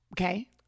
okay